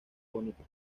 bonito